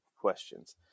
questions